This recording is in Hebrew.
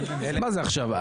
מה זה עכשיו?